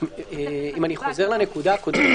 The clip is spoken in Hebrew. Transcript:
12:10) אם אני חוזר לנקודה הקודמת,